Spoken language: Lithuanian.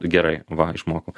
gerai va išmokau